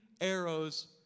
arrows